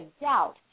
doubt